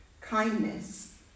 Kindness